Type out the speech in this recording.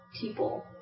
people